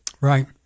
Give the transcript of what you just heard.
Right